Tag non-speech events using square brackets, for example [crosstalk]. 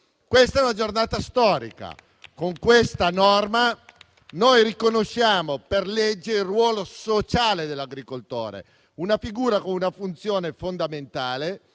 Questa è una giornata storica. [applause] Con questa norma riconosciamo per legge il ruolo sociale dell'agricoltore: una figura con una funzione fondamentale